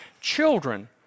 Children